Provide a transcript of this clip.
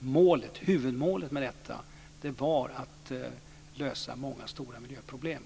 målet. Huvudmålet med detta var att lösa många stora miljöproblem.